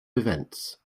events